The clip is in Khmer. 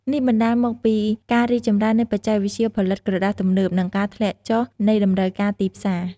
នេះបណ្ដាលមកពីការរីកចម្រើននៃបច្ចេកវិទ្យាផលិតក្រដាសទំនើប និងការធ្លាក់ចុះនៃតម្រូវការទីផ្សារ។